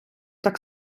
так